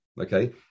Okay